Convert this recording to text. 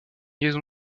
liaison